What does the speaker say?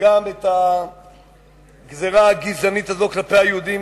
שגם את הגזירה הגזענית הזאת כלפי היהודים,